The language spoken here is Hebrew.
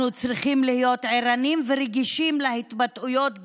אנחנו צריכים להיות ערניים ורגישים להתבטאויות גזעניות,